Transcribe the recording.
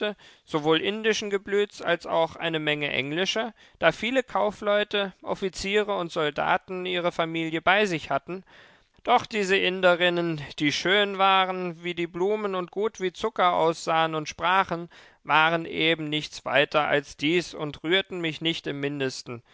sowohl indischen geblütes als auch eine menge englischer da viele kaufleute offiziere und soldaten ihre familie bei sich hatten doch diese indierinnen die schön waren wie die blumen und gut wie zucker aussahen und sprachen waren eben nichts weiter als dies und rührten mich nicht im mindesten